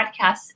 podcasts